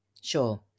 Sure